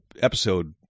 episode